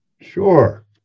Sure